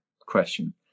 question